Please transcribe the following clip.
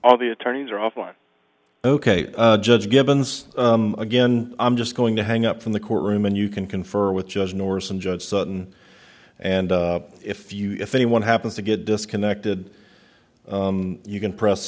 all the attorneys are off line ok judge givens again i'm just going to hang up from the courtroom and you can confer with judge norse and judge sutton and if you if anyone happens to get disconnected you can press